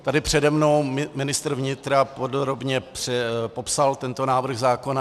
Tady přede mnou ministr vnitra podrobně popsal tento návrh zákona.